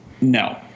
no